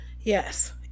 Yes